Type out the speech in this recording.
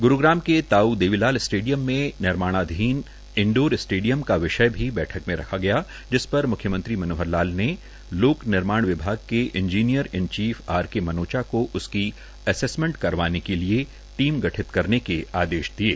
गु ाम के ताऊ देवी लाल टे डयम म नमाणाधीन इंडोर टे डयम का वषय भी बैठक म रखा गया जिस पर मु यमं ी मनोहर लाल ने लोक नमाण वभाग के engineer in chief R K Manocha को उसक असेसमअ करवाने के लए ट म ग ठत करने के आदेश दये